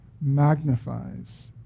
magnifies